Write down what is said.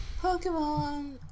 Pokemon